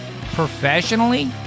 Professionally